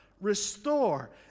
restore